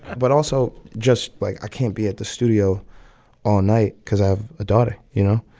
but also just, like, i can't be at the studio all night because i have a daughter, you know?